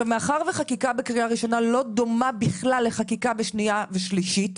מאחר וחקיקה בקריאה ראשונה לא דומה בכלל לחקיקה בשנייה ושלישית.